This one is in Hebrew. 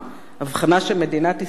הבחנה שמדינת ישראל,